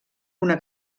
una